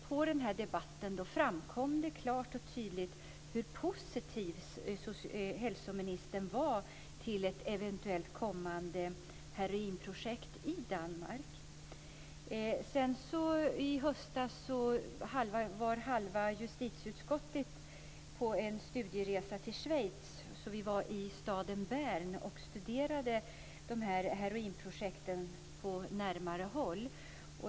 Under debatten framkom det klart och tydligt hur positiv hälsoministern var till ett eventuellt kommande heroinprojekt i Danmark. I höstas var halva justitieutskottet på en studieresa till Schweiz, och vi var i staden Bern och studerade heroinprojekt på närmare håll.